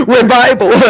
Revival